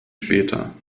später